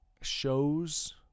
shows